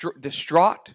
distraught